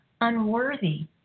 unworthy